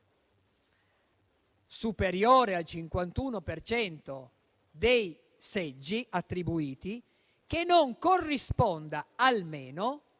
superiore al 51 per cento dei seggi attribuiti, che non corrisponda almeno